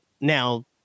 now